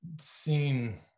seen